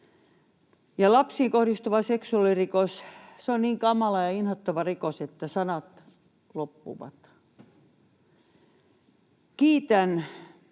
Ja lapseen kohdistuva seksuaalirikos, se on niin kamala ja inhottava rikos, että sanat loppuvat. Kiitän